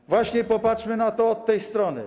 Ale właśnie popatrzmy na to od tej strony.